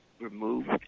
removed